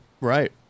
Right